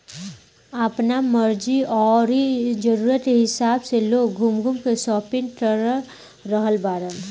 आपना मर्जी अउरी जरुरत के हिसाब से लोग घूम घूम के शापिंग कर रहल बाड़न